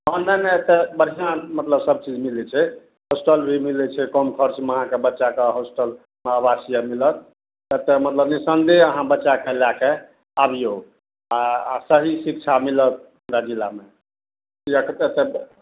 हँ नहि नहि एतए बढ़िआँ मतलब सबचीज मिलै छै हॉस्टल भी मिलै छै कम खर्चमे अहाँके बच्चाकेँ हॉस्टल आवासीय मिलत एतए मतलब निस्सन्देह अहाँ बच्चाकेँ लैके आबिऔ आओर सही शिक्षा मिलत हमरा जिलामे